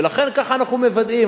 ולכן, כך אנחנו מוודאים.